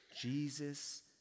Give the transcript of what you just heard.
Jesus